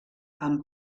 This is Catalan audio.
amb